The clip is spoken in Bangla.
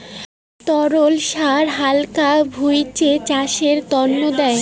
তরল সার হাকান ভুঁইতে চাষের তন্ন দেয়